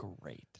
great